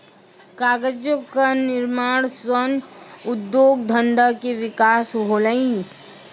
कागजो क निर्माण सँ उद्योग धंधा के विकास होलय